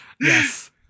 Yes